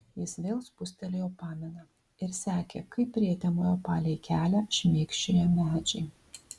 jis vėl spustelėjo paminą ir sekė kaip prietemoje palei kelią šmėkščioja medžiai